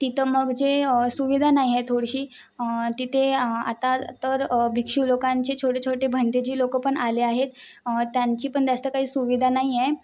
तिथं मग जे सुविधा नाही आहे थोडीशी तिथे आता तर भिक्षू लोकांचे छोटे छोटे भंतेजी लोकं पण आले आहेत त्यांची पण जास्त काही सुविधा नाही आहे